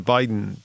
Biden